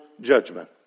judgment